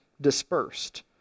dispersed